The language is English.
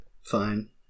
Fine